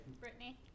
Brittany